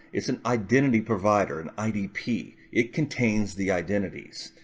it's an identity provider, an idp. it contains the identities.